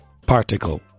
particle